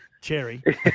Cherry